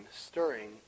stirring